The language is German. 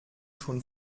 schon